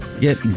get